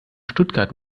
stuttgart